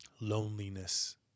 Loneliness